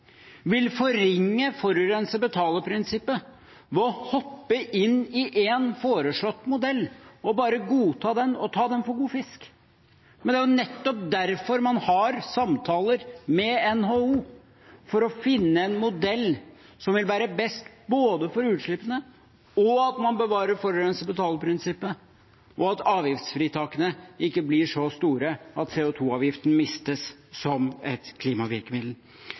vil forringe forurenser betaler-prinsippet ved å hoppe inn i en foreslått modell og bare godta den og ta den for god fisk. Det er jo nettopp derfor man har samtaler med NHO – for å finne en modell som vil være best både for utslippene, for å bevare forurenser betaler-prinsippet, og for at avgiftsfritakene ikke skal bli så store at man mister CO2-avgiften som et klimavirkemiddel.